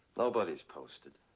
nobody's posted.